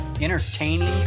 entertaining